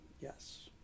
Yes